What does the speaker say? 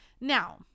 Now